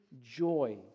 joy